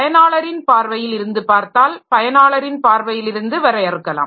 பயனாளரின் பார்வையில் இருந்து பார்த்தால் பயனாளரின் பார்வையிலிருந்து வரையறுக்கலாம்